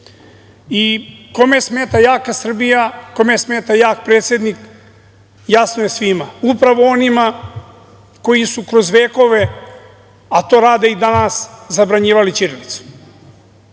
smeta jaka Srbija, kome smeta jak predsednik jasno je svima. Upravo onima koji su kroz vekove, a to rade i danas zabranjivali ćirilicu.